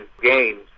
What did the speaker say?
games